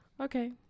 Okay